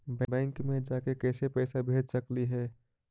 Bank मे जाके कैसे पैसा भेज सकली हे?